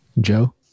Joe